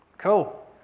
Cool